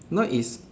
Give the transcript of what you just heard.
now is